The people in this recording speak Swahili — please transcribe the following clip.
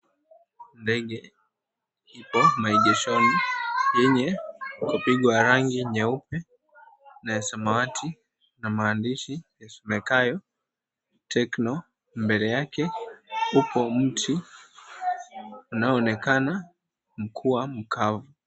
Ndege ipo maegeshoni yenye kupigwa rangi nyeupe na ya samawati na maandishi isomekayo, Tecno. Mbele yake kuko mti unaoonekana kuwa mkavu.